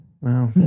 Wow